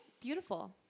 beautiful